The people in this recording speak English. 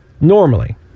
normally